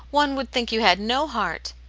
one would think you had no heart.